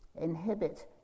inhibit